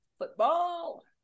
football